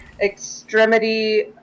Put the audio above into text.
extremity